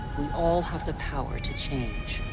we all have the power to change.